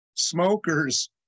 smokers